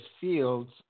fields